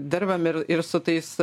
dirbam ir ir su tais